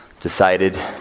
decided